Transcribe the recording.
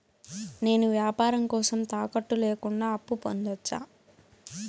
నేను వ్యాపారం కోసం తాకట్టు లేకుండా అప్పు పొందొచ్చా?